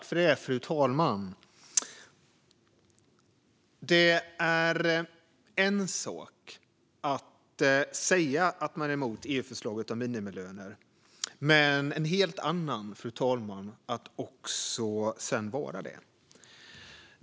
Fru talman! Det är en sak att säga att man är emot EU-förslaget om minimilöner men en helt annan att sedan också vara det, fru talman.